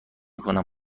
کنم